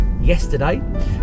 yesterday